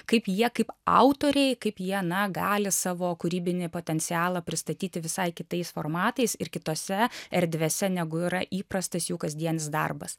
kaip jie kaip autoriai kaip jie na gali savo kūrybinį potencialą pristatyti visai kitais formatais ir kitose erdvėse negu yra įprastas jų kasdienis darbas